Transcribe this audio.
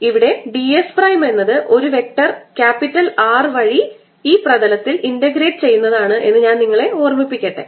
ഇവിടെ dS prime എന്നത് ഒരു വെക്റ്റർ R വഴി ഈ പ്രതലത്തിൽ ഇന്റഗ്രേറ്റ് ചെയ്യുന്നതാണ് എന്ന് ഞാൻ നിങ്ങളെ ഓർമ്മിപ്പിക്കട്ടെ